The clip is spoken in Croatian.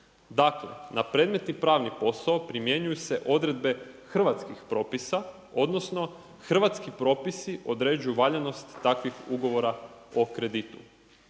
Dakle na predmetni pravni posao primjenjuju se odredbe hrvatskih propisao, odnosno hrvatski propisi određuju valjanost takvih ugovora o kreditu.“